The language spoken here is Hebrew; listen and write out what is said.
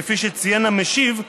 כפי שציין המשיב,